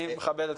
אני מכבד את כולם.